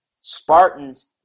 Spartans